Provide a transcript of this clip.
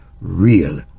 real